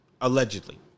allegedly